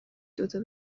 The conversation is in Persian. دوتا